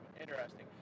interesting